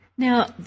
Now